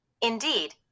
Indeed